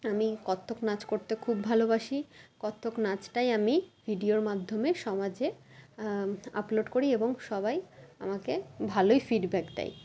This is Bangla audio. আমি কত্থক নাচ করতে খুব ভালোবাসি কত্থক নাচটাই আমি ভিডিওর মাধ্যমে সমাজে আপলোড করি এবং সবাই আমাকে ভালোই ফিডব্যাক দেয়